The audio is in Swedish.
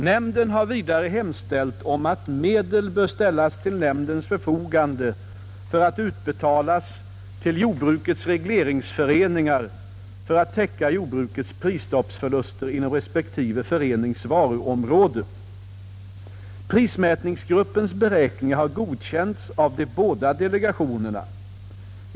Nämnden har vidare hemställt om att medel bör ställas till nämndens förfogande för att utbetalas till jordbrukets regleringsföreningar för att täcka jordbrukets prisstoppsförluster inom respektive förenings varuområde. Prismätningsgruppens beräkningar har godkänts av de båda delegationerna.